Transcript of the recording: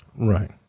Right